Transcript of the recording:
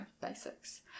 basics